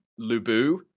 Lubu